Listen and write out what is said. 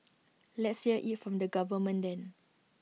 let's hear IT from the government then